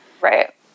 right